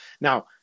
Now